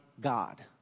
God